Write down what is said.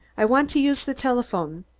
i want to use the telephone.